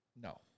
no